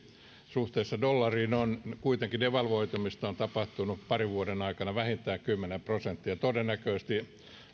suhteessa dollariin on kuitenkin devalvoitumista on tapahtunut parin vuoden aikana vähintään kymmenen prosenttia todennäköisesti